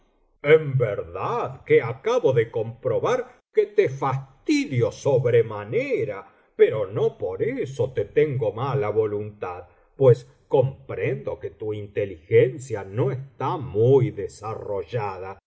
en verdad que acabo de comprobar que te fastidio sobremanera pero no por eso te tengo mala voluntad pues comprendo que tu inteligencia no está muy desarrollada